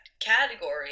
category